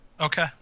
Okay